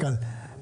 המנכ"ל,